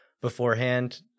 beforehand